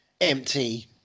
empty